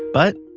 but,